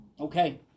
Okay